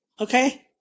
Okay